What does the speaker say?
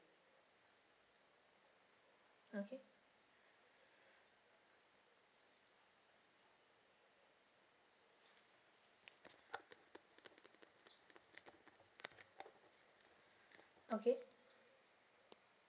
okay okay